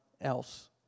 else